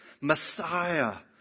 Messiah